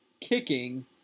kicking